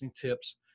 tips